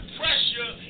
pressure